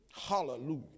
Hallelujah